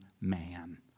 man